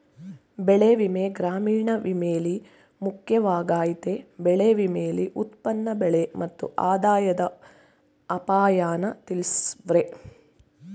ಬೆಳೆವಿಮೆ ಗ್ರಾಮೀಣ ವಿಮೆಲಿ ಮುಖ್ಯವಾಗಯ್ತೆ ಬೆಳೆ ವಿಮೆಲಿ ಉತ್ಪನ್ನ ಬೆಲೆ ಮತ್ತು ಆದಾಯದ ಅಪಾಯನ ತಿಳ್ಸವ್ರೆ